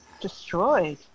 destroyed